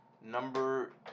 number